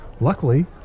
Luckily